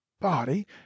body